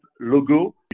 logo